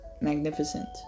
Magnificent